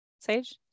Sage